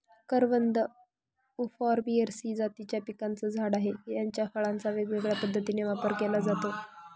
करवंद उफॉर्बियेसी जातीच्या पिकाचं झाड आहे, याच्या फळांचा वेगवेगळ्या पद्धतीने वापर केला जातो